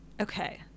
Okay